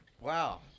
wow